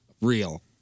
Real